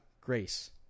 grace